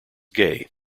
gay